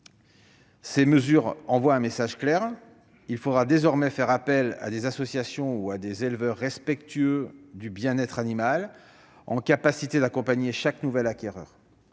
Ces mesures envoient un message clair : il faudra désormais faire appel à des associations ou à des éleveurs respectueux du bien-être animal, en mesure d'accompagner chaque nouvel acquéreur.